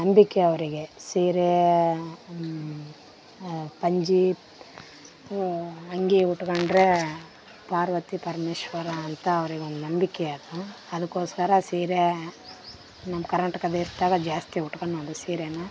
ನಂಬಿಕೆ ಅವರಿಗೆ ಸೀರೇ ಪಂಚೆ ಅಂಗಿ ಉಟ್ಕೊಂಡ್ರೇ ಪಾರ್ವತಿ ಪರಮೇಶ್ವರ ಅಂತ ಅವ್ರಿಗೊಂದು ನಂಬಿಕೆ ಅದು ಅದಕೋಸ್ಕರ ಸೀರೆ ನಮ್ಮ ಕರ್ನಾಟಕದೆ ತಗೋ ಜಾಸ್ತಿ ಉಟ್ಕೊಂಡು ಮಾಡೋದು ಸಿರೇನಾ